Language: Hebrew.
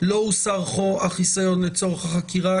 לא הוסר החיסיון לצורך החקירה,